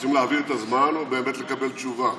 רוצים להעביר את הזמן או באמת לקבל תשובה?